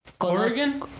¿Oregon